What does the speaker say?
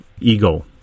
ego